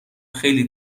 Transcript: خیلی